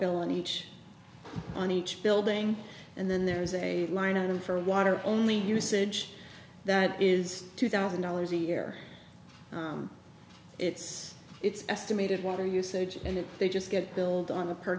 bill and each on each building and then there is a line item for water only usage that is two thousand dollars a year it's it's estimated water usage and they just get billed on the per